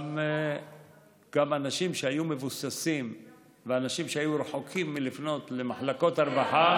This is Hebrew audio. גם אנשים שהיו מבוססים והיו רחוקים מלפנות למחלקות הרווחה,